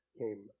came